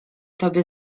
tobie